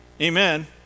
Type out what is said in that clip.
Amen